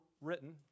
written